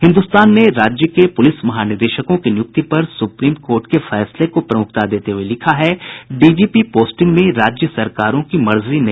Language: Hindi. हिन्दुस्तान ने राज्य के पुलिस महानिदेशकों की नियुक्ति पर सुप्रीम कोर्ट के फैसले को प्रमुखता देते हुए लिखा है डीजीपी पोस्टिंग में राज्य सरकारों की मर्जी नहीं